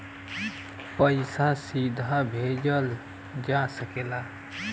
पइसा सीधे भेजल जा सकेला